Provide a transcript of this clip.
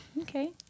Okay